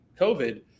COVID